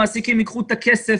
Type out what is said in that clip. המעסיקים ייקחו את הכסף.